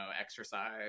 exercise